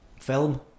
Film